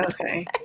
Okay